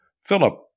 Philip